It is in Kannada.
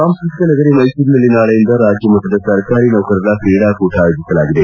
ಸಾಂಸ್ಟತಿಕ ನಗರಿ ಮೈಸೂರಿನಲ್ಲಿ ನಾಳೆಯಿಂದ ರಾಜ್ಯ ಮಟ್ಟದ ಸರ್ಕಾರಿ ನೌಕರರ ಕ್ರೀಡಾ ಕೂಟ ಆಯೋಜಿಸಲಾಗಿದೆ